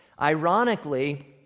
Ironically